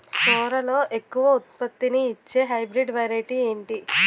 సోరలో ఎక్కువ ఉత్పత్తిని ఇచే హైబ్రిడ్ వెరైటీ ఏంటి?